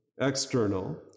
external